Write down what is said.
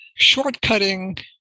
shortcutting